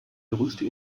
größte